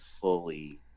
fully